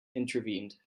intervened